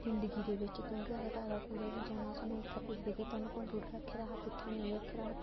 जिंदगी दे बिच्च क्योंकि अज्ज अजकल्ल कूदै बी जाना सानूं उत्थै पुच्छदे कि तोआनू कंप्यूटर रक्खे दा हा कुत्थै नेईं रक्खे दा हा एह् ऐ